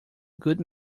good